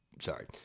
sorry